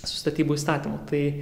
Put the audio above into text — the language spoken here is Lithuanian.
su statybų įstatymu tai